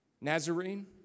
Nazarene